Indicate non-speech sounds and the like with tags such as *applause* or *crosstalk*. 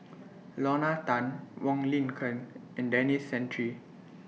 *noise* Lorna Tan Wong Lin Ken and Denis Santry